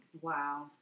Wow